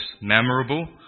memorable